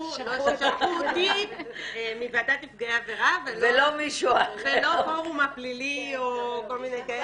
ששלחו אותי מוועדת נפגעי עבירה ולא הפורום הפלילי או כל מיני כאלה.